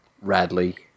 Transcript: Radley